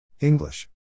English